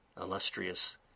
illustrious